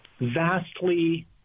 vastly